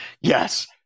Yes